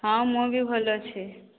ହଁ ମୁଁ ବି ଭଲ ଅଛି